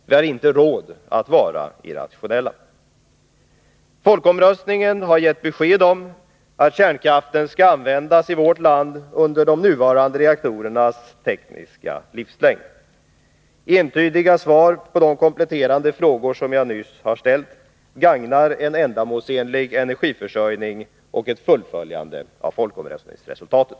Vi har inte råd att vara irrationella. Folkomröstningen har gett besked om att kärnkraften skall användas i vårt land under de nuvarande reaktorernas tekniska livslängd. Entydiga svar på de kompletterande frågor som jag nyss har ställt gagnar en ändamålsenlig energiförsörjning och ett fullföljande av folkomröstningsresultatet.